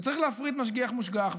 וצריך להפריד משגיח ומושגח.